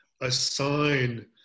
assign